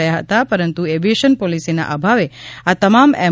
થયા હતા પરંતુ એવીએશન પોલીસીના અભાવે આ તમામ એમ